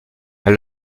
elle